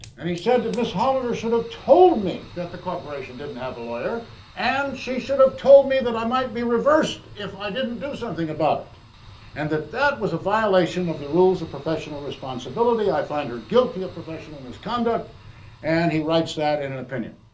and he said that miss hollander should have told me that the corporation didn't have a lawyer and she should have told me that i might be reversed if i didn't do something about it and that that was a violation of the rules of professional responsibility i find her guilty of professional misconduct and he writes that in an opinion.